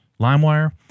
Limewire